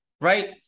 right